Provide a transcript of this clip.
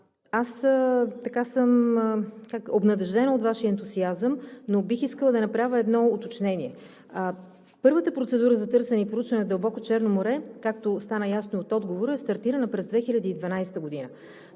Аз така съм обнадеждена от Вашия ентусиазъм, но бих искала да направя едно уточнение. Първата процедура за търсене и проучване на дълбоко Черно море, както стана ясно от отговора, е стартирана през 2012 г.